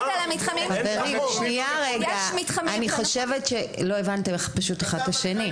אני חושבת שלא הבנתם אחד את השני.